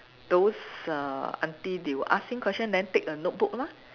those err aunty they were asking question then take a notebook lah